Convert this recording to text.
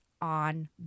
on